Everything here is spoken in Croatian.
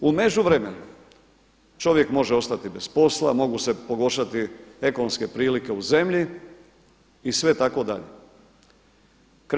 U međuvremenu čovjek može ostati bez posla, mogu se pogoršati ekonomske prilike u zemlji i sve tako dalje.